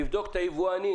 לבדוק את היבואנים,